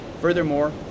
Furthermore